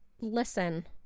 listen